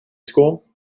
school